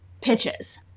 pitches